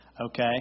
Okay